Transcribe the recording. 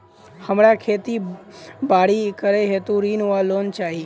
हमरा खेती बाड़ी करै हेतु ऋण वा लोन चाहि?